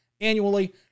annually